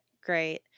great